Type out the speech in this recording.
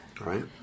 Right